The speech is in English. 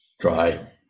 try